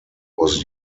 was